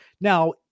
Now